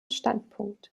standpunkt